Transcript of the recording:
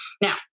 Now